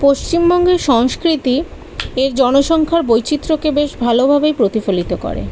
পশ্চিমবঙ্গের সংস্কৃতি এর জনসংখ্যার বৈচিত্র্যকে বেশ ভালোভাবেই প্রতিফলিত করে